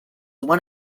one